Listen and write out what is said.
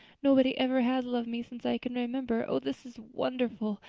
nobody ever has loved me since i can remember. oh, this is wonderful!